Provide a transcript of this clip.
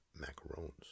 macarons